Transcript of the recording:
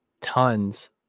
tons